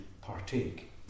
partake